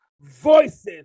voices